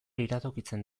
iradokitzen